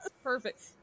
Perfect